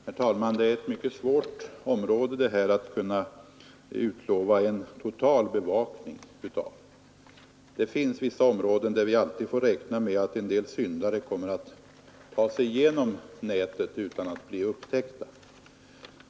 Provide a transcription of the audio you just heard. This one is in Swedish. Herr talman! På det här området är det mycket svårt att utlova en total bevakning. Det finns vissa områden där vi alltid får räkna med att en del syndare tar sig igenom nätet utan att bli upptäckta.